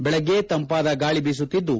ಬೆಳಗ್ಗೆ ತಂಪಾದ ಗಾಳಿ ಬೀಸುತ್ತಿದ್ದು